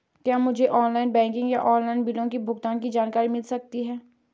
क्या मुझे online banking और ऑनलाइन बिलों के भुगतान की जानकारी मिल सकता है?